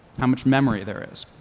how much memory there is.